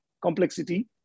complexity